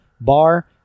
bar